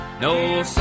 No